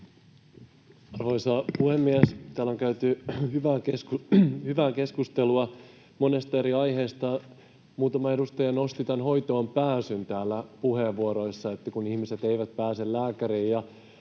Arvoisa puhemies! Täällä on käyty hyvää keskustelua monesta eri aiheesta. Muutama edustaja nosti täällä puheenvuoroissa tämän hoitoonpääsyn, että ihmiset eivät pääse lääkäriin.